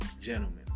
gentlemen